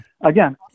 again